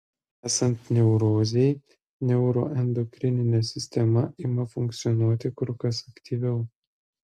esant neurozei neuroendokrininė sistema ima funkcionuoti kur kas aktyviau